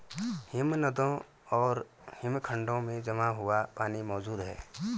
हिमनदों और हिमखंडों में जमा हुआ पानी मौजूद हैं